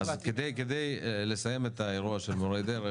אז כדי לסיים את האירוע של מורי הדרך,